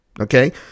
okay